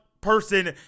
person